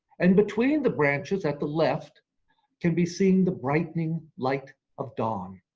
and between the branches at the left can be seen the brightening light of dawn